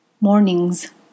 Mornings